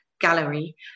Gallery